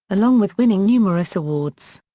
along with winning numerous awards.